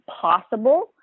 possible